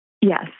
Yes